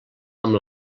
amb